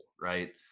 right